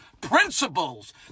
principles